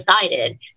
decided